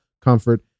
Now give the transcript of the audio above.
comfort